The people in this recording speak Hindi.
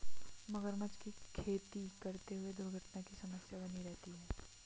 मगरमच्छ की खेती करते हुए दुर्घटना की समस्या बनी रहती है